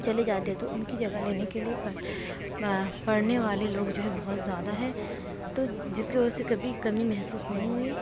چلے جاتے ہے تو ان کی جگہ لینے کے لیے پڑھ پڑھنے والے لوگ جو ہے بہت زیادہ ہے تو جس کی وجہ سے کبھی کمی محسوس نہیں ہوئی